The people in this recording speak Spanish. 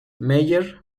meyer